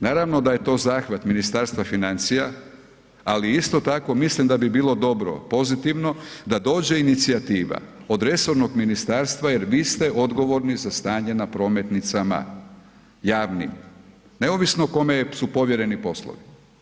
Naravno da je to zahvat Ministarstva financija, ali isto tako mislim da bi bilo dobro pozitivno da dođe inicijativa od resornog ministarstva jer vi ste odgovorni za stanje na prometnicama, javnim, neovisno kome su povjereni poslovi.